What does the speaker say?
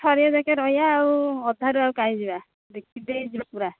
ସରିବା ଯାକେ ରହିବା ଆଉ ଅଧା ରୁ ଆଉ କାହିଁ ଯିବା ଦେଖିଦେଇ ଯିବା ପୁରା